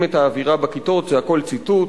את האווירה בכיתות" זה הכול ציטוט,